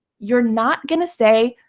you're not going to say,